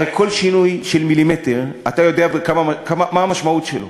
הרי כל שינוי של מילימטר, אתה יודע מה המשמעות שלו